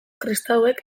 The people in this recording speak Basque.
kristauek